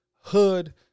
hood